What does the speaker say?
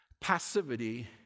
passivity